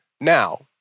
Now